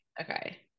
Okay